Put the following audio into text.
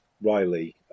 Riley